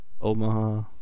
Omaha